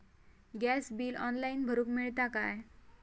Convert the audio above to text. Gas bill online भरुक मिळता काय?